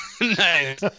Nice